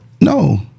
No